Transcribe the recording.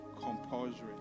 compulsory